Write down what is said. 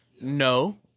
No